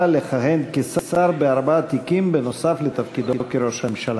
לכהן כשר בארבעה תיקים נוסף על תפקידו כראש הממשלה.